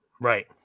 Right